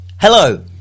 Hello